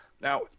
Now